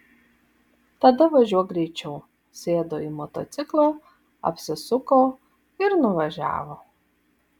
tada važiuok greičiau sėdo į motociklą apsisuko ir nuvažiavo